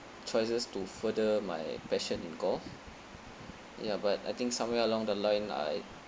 choices to further my passion in golf ya but I think somewhere along the line I